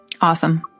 Awesome